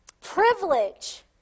privilege